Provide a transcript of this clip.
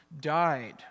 died